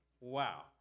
Wow